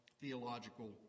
theological